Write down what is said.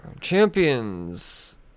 Champions